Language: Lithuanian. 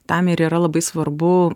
tam ir yra labai svarbu